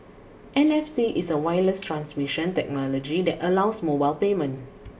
N F C is a wireless transmission technology that allows mobile payment